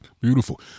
Beautiful